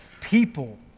people